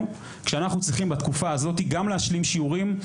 כשאנחנו צריכים בתקופה הזאת גם להשלים שיעורים,